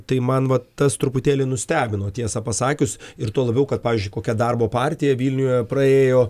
tai man va tas truputėlį nustebino tiesą pasakius ir tuo labiau kad pavyzdžiui kokia darbo partija vilniuje praėjo